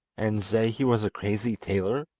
and say he was a crazy tailor